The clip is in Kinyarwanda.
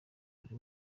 buri